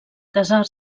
casar